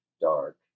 dark